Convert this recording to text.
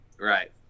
Right